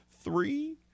three